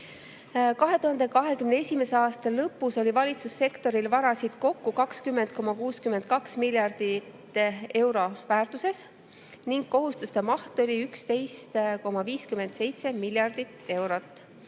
2021. aasta lõpus oli valitsussektoril varasid kokku 20,62 miljardi euro väärtuses ning kohustuste maht oli 11,57 miljardit eurot.